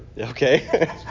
Okay